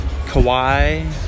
Kawhi